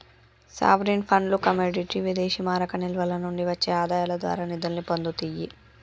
sovereign ఫండ్లు commodity విదేశీమారక నిల్వల నుండి వచ్చే ఆదాయాల ద్వారా నిధుల్ని పొందుతియ్యి